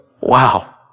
Wow